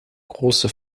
große